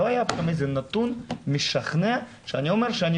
לא היה שם איזה נתון משכנע שאני אומר שאני